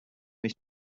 nicht